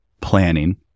planning